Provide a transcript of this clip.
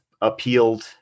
appealed